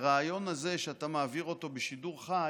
הרעיון הזה שאתה מעביר בשידור חי,